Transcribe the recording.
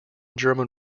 german